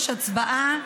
יש הצעה: